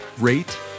rate